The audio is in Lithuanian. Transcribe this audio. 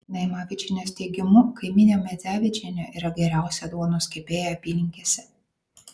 naimavičienės teigimu kaimynė medzevičienė yra geriausia duonos kepėja apylinkėse